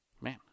Man